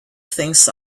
things